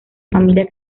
familia